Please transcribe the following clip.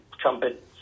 trumpet